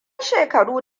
shekaru